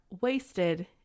wasted